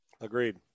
Agreed